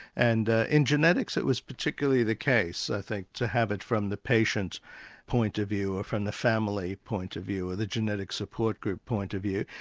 and in genetics that was particularly the case i think, to have it from the patient point of view, or from the family point of view, or the genetic support group point of view,